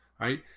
right